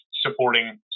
supporting